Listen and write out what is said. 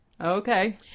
okay